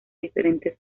diferentes